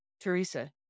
Teresa